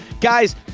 guys